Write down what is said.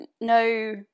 no